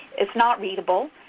it's not readable.